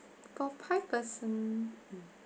got five person